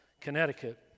Connecticut